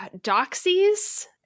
doxies